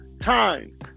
times